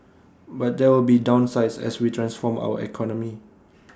but there will be downsides as we transform our economy